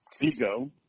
Ego